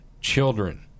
children